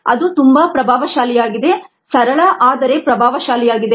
ಅದು ತುಂಬಾ ಪ್ರಭಾವಶಾಲಿಯಾಗಿದೆ ಸರಳ ಆದರೆ ಪ್ರಭಾವಶಾಲಿಯಾಗಿದೆ